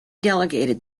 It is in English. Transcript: delegated